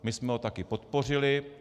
My jsme ho taky podpořili.